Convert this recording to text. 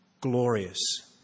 glorious